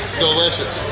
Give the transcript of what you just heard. delicious!